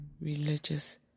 religious